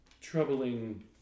troubling